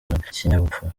n’ikinyabupfura